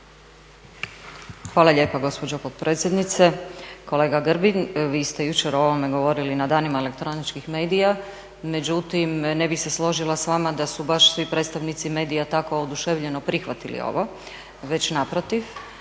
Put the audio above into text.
Hvala lijepa gospođo potpredsjednice. Kolega Grbin vi ste jučer o ovome govorili na danima elektroničkih medija, međutim ne bih se složila s vama da su baš svi predstavnici medija tako oduševljeno prihvatili ovo, već naprotiv